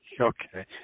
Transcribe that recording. Okay